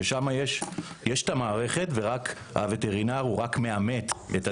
שם יש את המערכת והווטרינר רק מאמת הדרך.